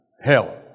hell